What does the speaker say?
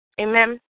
amen